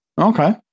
Okay